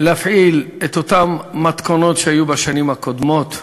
להפעיל את אותן מתכונות שהיו בשנים הקודמות.